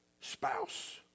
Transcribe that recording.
spouse